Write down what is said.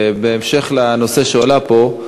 בהמשך לנושא שהועלה פה,